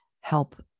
help